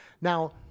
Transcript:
Now